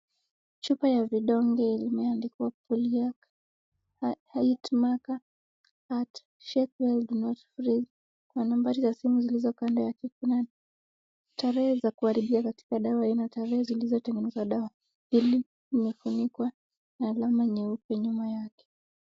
Chupa ya vidonge imeandikwa Poliovac, Height marker and shake well do not freeze , nambari za simu zilizo kando yake. Kuna tarehe za kuharibika katika dawa, kuna tarehe zilizotengenezwa dawa hili limefunikwa na alama nyeupe nyuma yake.